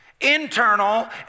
internal